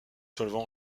solvant